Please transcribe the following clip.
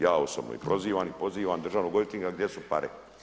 Ja osobno i prozivam ih i pozivam državnog odvjetnika gdje su pare.